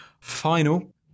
final